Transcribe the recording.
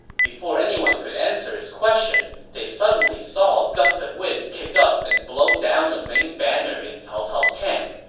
before anyone could answer his question, they suddenly saw a gust of wind kick up and blow down the main banner in cao cao's camp.